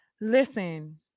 listen